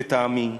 לטעמי.